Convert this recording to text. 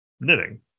knitting